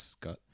got